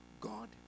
God